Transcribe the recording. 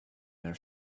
their